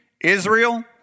Israel